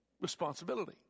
responsibility